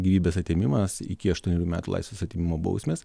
gyvybės atėmimas iki aštuonerių metų laisvės atėmimo bausmės